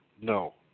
No